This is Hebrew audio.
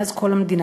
מאז קום המדינה,